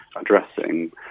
addressing